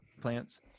plants